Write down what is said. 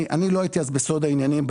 אני לא הייתי אז בסוד העניינים,